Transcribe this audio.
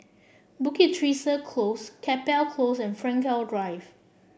Bukit Teresa Close Chapel Close and Frankel Drive